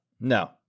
No